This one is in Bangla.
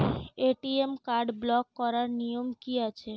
এ.টি.এম কার্ড ব্লক করার নিয়ম কি আছে?